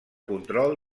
control